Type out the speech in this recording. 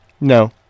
No